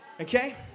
Okay